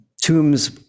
tombs